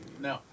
No